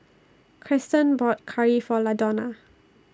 Krysten bought Curry For Ladonna